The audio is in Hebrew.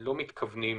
שאנחנו מדברים